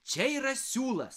čia yra siūlas